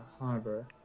harbor